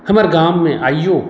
हमर गाममे आइयो